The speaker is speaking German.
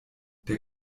der